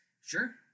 Sure